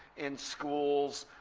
in schools,